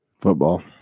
Football